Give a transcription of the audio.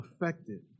affected